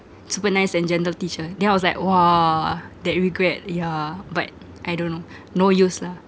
super nice and gentle teacher then I was like !wah! that regret yeah but I don't know no use lah